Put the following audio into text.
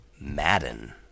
Madden